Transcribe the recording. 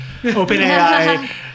OpenAI